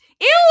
Ew